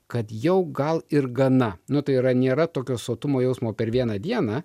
kad jau gal ir gana nu tai yra nėra tokio sotumo jausmo per vieną dieną